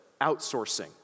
outsourcing